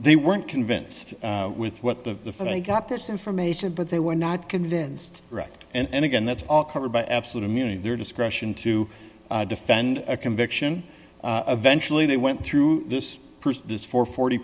they weren't convinced with what the they got this information but they were not convinced right and again that's all covered by absolute immunity their discretion to defend a conviction eventually they went through this this for forty